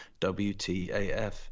WTAF